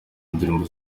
ndirimbo